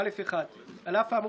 האישום.